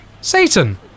Satan